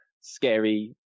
scary